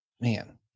man